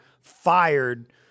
fired